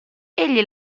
egli